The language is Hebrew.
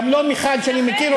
גם לא מיכל שאני מכיר אותה.